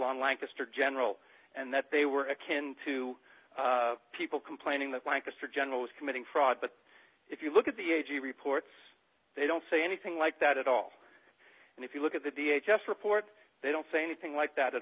on lancaster general and that they were akin to people complaining that lancaster general is committing fraud but if you look at the age you report they don't say anything like that at all and if you look at the h s report they don't think anything like that at